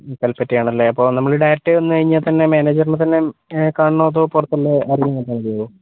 കല്പറ്റയാണല്ലേ അപ്പോൾ നമ്മൾ ഡയറക്ട് വന്നു കഴിഞ്ഞാൽ തന്നെ മാനേജറിനെ തന്നെ കാണണോ അതോ പുറത്തു നിന്ന് ആരെയെങ്കിലും കണ്ടാൽ മതിയോ